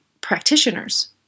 practitioners